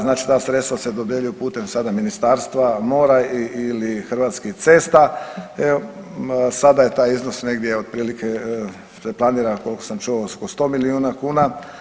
Znači ta sredstva se dodjeljuju putem sada Ministarstva mora ili Hrvatskih cesta, sada je taj iznos negdje otprilike se planira koliko sam čuo oko 100 milijuna kuna.